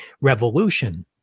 revolution